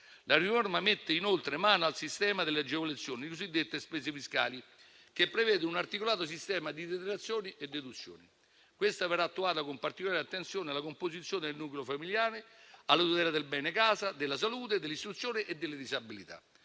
La riforma mette inoltre mano al sistema delle agevolazioni, cosiddette spese fiscali, che prevede un articolato sistema di detrazioni e deduzioni. Questa verrà attuata con particolare attenzione alla composizione del nucleo familiare, alla tutela del bene casa, della salute, dell'istruzione e delle disabilità.